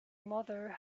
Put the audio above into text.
mother